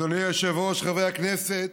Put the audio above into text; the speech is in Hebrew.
אדוני היושב-ראש, חברי הכנסת,